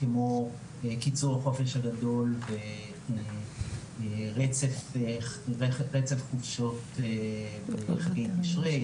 כמו קיצור החופש הגדול ורצף חופשות בחגי תשרי.